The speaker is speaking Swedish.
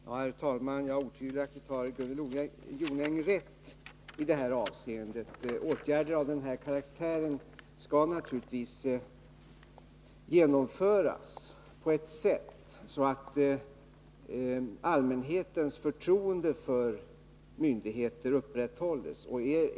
Herr talman! Otvivelaktigt har Gunnel Jonäng rätt i det sist nämnda avseendet. Åtgärder av den här karaktären skall naturligtvis vidtas på ett sådant sätt att allmänhetens förtroende för myndigheter upprätthålls.